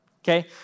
Okay